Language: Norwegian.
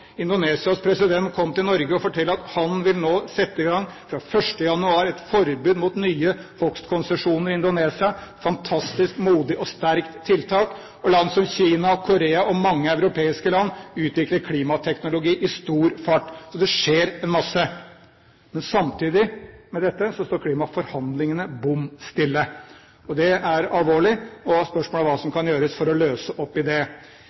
Indonesias president kom til Norge og fortalte at han vil nå, fra 1. januar, sette i verk et forbud mot nye hogstkonsesjoner i Indonesia – et fantastisk modig og sterkt tiltak, og land som Kina, Sør-Korea og mange europeiske land utvikler klimateknologi i stor fart. Så det skjer en masse. Men samtidig med dette står klimaforhandlingene bom stille. Det er alvorlig, og spørsmålet er hva som kan gjøres for å løse opp i det.